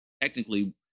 technically